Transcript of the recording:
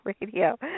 Radio